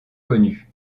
connues